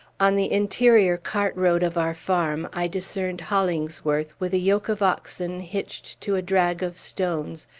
on the interior cart-road of our farm i discerned hollingsworth, with a yoke of oxen hitched to a drag of stones,